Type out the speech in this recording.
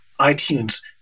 iTunes